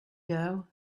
dough